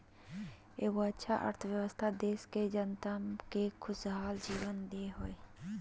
एगो अच्छा अर्थव्यवस्था देश के जनता के खुशहाल जीवन दे हइ